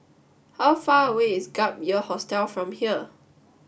how far away is Gap Year Hostel from here